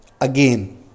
Again